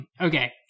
okay